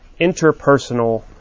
interpersonal